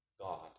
God